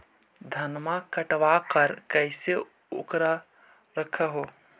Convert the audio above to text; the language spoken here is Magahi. धनमा कटबाकार कैसे उकरा रख हू?